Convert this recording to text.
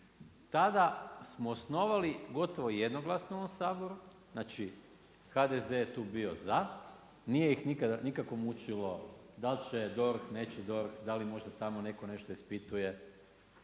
Tada smo osnovali gotovo jednoglasno u ovom Saboru, znači, HDZ je tu bio za, nije ih nikako mučilo dal će DORH, neće DORH, da li možda tamo netko nešto ispituje.